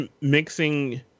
mixing